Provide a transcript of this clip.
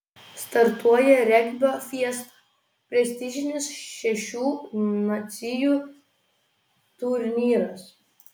startuoja regbio fiesta prestižinis šešių nacijų turnyras